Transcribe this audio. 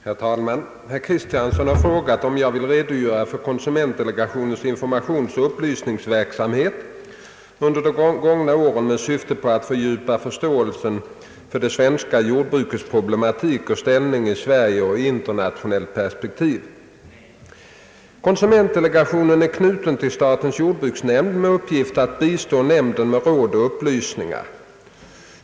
Herr talman! Herr Kristiansson har frågat om jag vill redogöra för konsumentdelegationens informationsoch upplysningsverksamhet under de gångna åren med syfte att fördjupa förståelsen för det svenska jordbrukets problematik och ställning i Sverige och i internationellt perspektiv. Konsumentdelegationen är knuten till statens jordbruksnämnd med uppgift att bistå nämnden med råd och upplysningar.